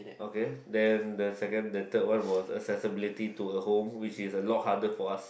okay then the second the third one was accessibility to a home which is a lot harder for us